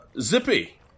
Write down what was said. Zippy